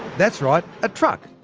that's right, a truck.